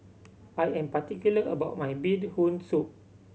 I am particular about my Bee Hoon Soup